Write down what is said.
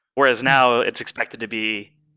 whereas now, it's expected to be,